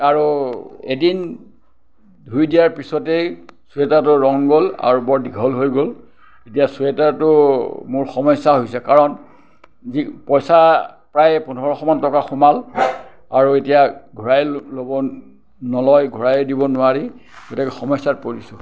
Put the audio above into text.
আৰু এদিন ধুই দিয়াৰ পিছতেই চুৱেটাৰটো ৰং গ'ল আৰু বৰ দীঘল হৈ গ'ল এতিয়া চুৱেটাৰটো মোৰ সমস্যা হৈছে কাৰণ যি পইচা প্ৰায় পোন্ধৰশমান টকা সোমাল আৰু এতিয়া ঘূৰাই ল'ব নলয় ঘূৰাই দিব নোৱাৰি গতিকে সমস্যাত পৰিছোঁ